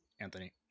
Anthony